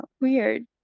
weird